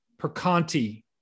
perconti